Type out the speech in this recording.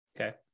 okay